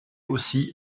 aussi